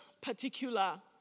particular